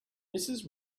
mrs